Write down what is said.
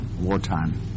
wartime